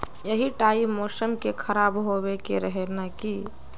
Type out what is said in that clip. यही टाइम मौसम के खराब होबे के रहे नय की?